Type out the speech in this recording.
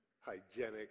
hygienic